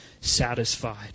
satisfied